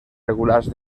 regulars